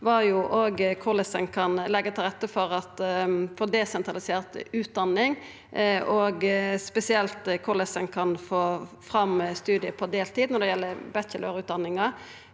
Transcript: var korleis ein kan leggja til rette for desentralisert utdanning, spesielt korleis ein kan få fram studiar på deltid når det gjeld bachelorutdanninga.